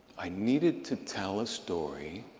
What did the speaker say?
i needed to tell a story